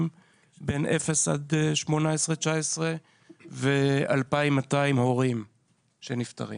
מגיל אפס עד 19-18 ו-2,200 הורים שנפטרים